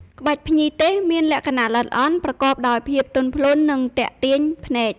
ក្បាច់ភ្ញីទេសមានលក្ខណៈល្អិតល្អន់ ប្រកបដោយភាពទន់ភ្លន់ និងទាក់ទាញភ្នែក។